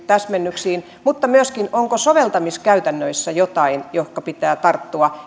täsmennyksiin mutta myöskin onko soveltamiskäytännöissä ja toimeenpanossa jotain johonka pitää tarttua